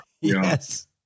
Yes